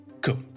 Cool